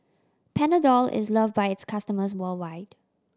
Panadol is loved by its customers worldwide